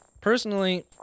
personally